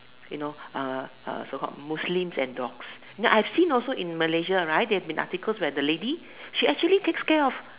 you know so called Muslim and dogs you know I've seen also in Malaysia right there's an article where the lady she actually takes care of